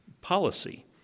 policy